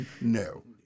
No